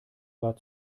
war